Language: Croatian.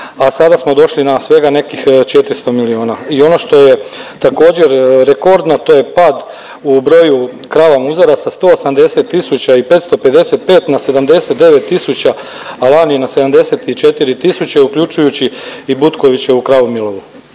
a sada smo došli na svega nekih 400 miliona. I ono što je također rekordno to je pad u broju krava muzara sa 180 tisuća i 555 na 79 tisuća, a lani na 74 tisuće uključujući i Bukoviću kravu Milovu